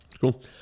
cool